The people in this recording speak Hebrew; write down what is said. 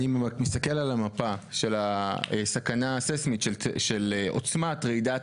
אני מסתכל על המפה של הסכנה הסיסמית של עוצמת רעידת